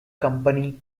company